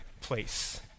place